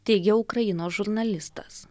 teigė ukrainos žurnalistas